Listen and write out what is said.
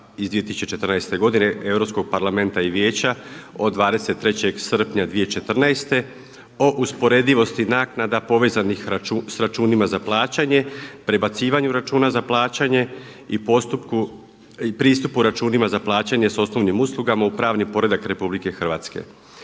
iz 2014. godine Europskog parlamenta i Vijeća od 23. srpnja 2014. o usporedivosti naknada povezanih sa računima za plaćanje, prebacivanju računa za plaćanje i pristupu računima za plaćanje sa osnovnim uslugama u pravni poredak RH.